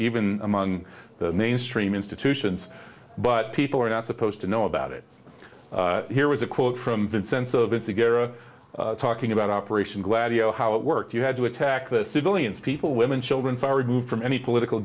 even among the mainstream institutions but people are not supposed to know about it here was a quote from vince sense of insecure talking about operation gladio how it worked you had to attack the civilians people women children far removed from any political